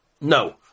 no